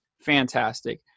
fantastic